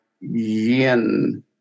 yin